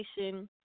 education